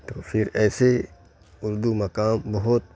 تو پھر ایسے اردو مقام بہت